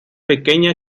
pequeña